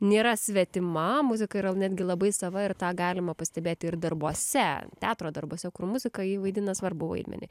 nėra svetima muzika yra netgi labai sava ir tą galima pastebėti ir darbuose teatro darbuose kur muzika ji vaidina svarbų vaidmenį